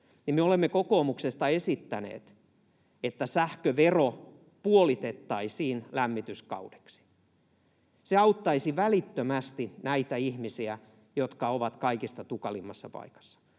me olemme kokoomuksesta esittäneet, että sähkövero puolitettaisiin lämmityskaudeksi. Se auttaisi välittömästi näitä ihmisiä, jotka ovat kaikista tukalimmassa paikassa.